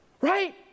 Right